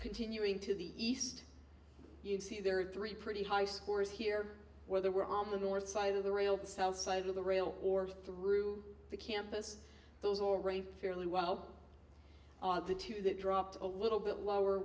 continuing to the east you see there are three pretty high scores here whether we're on the north side of the rail the south side of the rail or through the campus those or rain fairly well the two that dropped a little bit lower